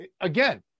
again